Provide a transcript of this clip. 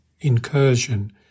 incursion